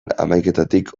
hamaiketatik